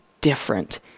different